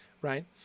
Right